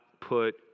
put